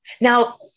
Now